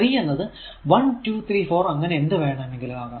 ഈ 3 എന്നത് 1 2 3 4 അങ്ങനെ എന്ത് വേണമെങ്കിലും ആകാം